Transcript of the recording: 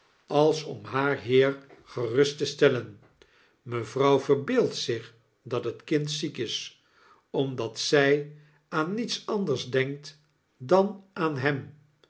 als om haar heer gerusttestellen mevrouw verbeeldt zich dat het kind ziek is omdat zy aan niets anders denkt dan aan hem